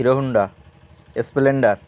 Hero Honda splendor